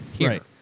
Right